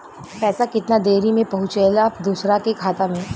पैसा कितना देरी मे पहुंचयला दोसरा के खाता मे?